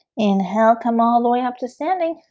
inhale come all the way up to standing